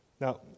Now